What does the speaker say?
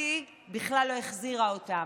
ולדעתי בכלל לא החזירה אותם.